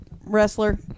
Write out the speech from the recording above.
Wrestler